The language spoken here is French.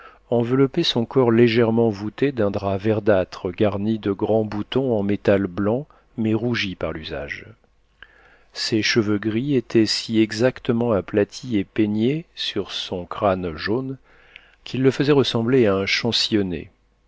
enveloppait son corps légèrement voûté d'un drap verdâtre garni de grands boutons en métal blanc mais rougis par l'usage ses cheveux gris étaient si exactement aplatis et peignés sur son crâne jaune qu'ils le faisaient ressembler à un